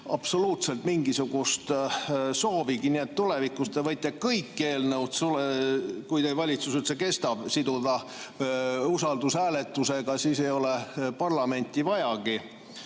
absoluutselt mingisugust soovi. Nii et tulevikus te võite kõik eelnõud, kui teie valitsus üldse kestab, siduda usaldushääletusega, siis ei ole parlamenti vajagi.